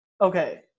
Okay